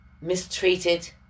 mistreated